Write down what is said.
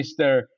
Mr